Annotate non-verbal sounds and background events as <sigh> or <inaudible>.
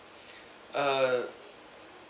<breath> uh